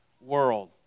world